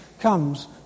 comes